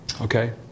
Okay